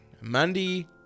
Mandy